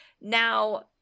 now